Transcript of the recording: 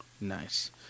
Nice